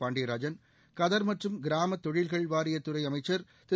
பாண்டியராஜன் கதர் மற்றும் கிராமத் தொழில்கள் வாரியத் துறை அமைச்சர் திரு